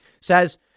says